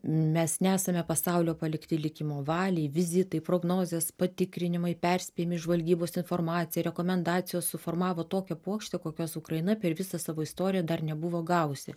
mes nesame pasaulio palikti likimo valiai vizitai prognozės patikrinimai perspėjami žvalgybos informacija rekomendacijos suformavo tokią puokštę kokios ukraina per visą savo istoriją dar nebuvo gavusi